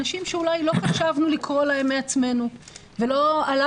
אנשים שאולי לא חשבנו לקרוא להם מעצמנו ולא עלה